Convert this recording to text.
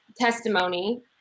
testimony